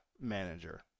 manager